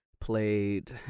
played